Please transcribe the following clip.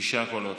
שישה קולות